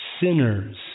sinners